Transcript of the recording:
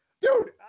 dude